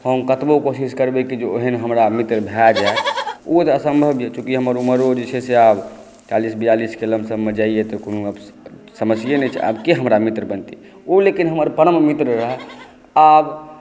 हम कतबो कोशिश करबै कि आब ओहन हमरा मित्र भय जाएत ओ असम्भव अछि चुँकि हमर उमरो जे छै से आब चालीस बयालीसकेँ लमसमे जाइए तऽ कोनो समस्ये नहि छै आब केँ हमरा मित्र बनेतै ओ लेकिन हमर परम मित्र रहै आब